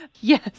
yes